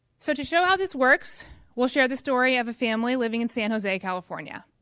so to show how this works we'll share the story of a family living in san jose, california.